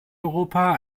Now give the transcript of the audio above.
europa